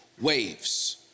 waves